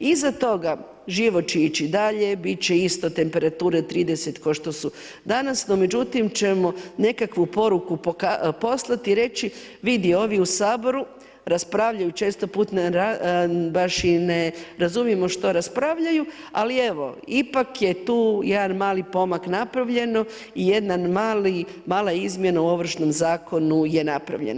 Iza toga, život će ići dalje, bit će isto temperature 30 kao što su danas, no međutim ćemo nekakvu poruku poslati i reći, vidi ovi u Saboru raspravljaju često puta baš i ne razumijemo što raspravljaju, ali evo, ipak je tu jedan mali pomak napravljeno i jedna mala izmjena u ovršnom zakonu je napravljena.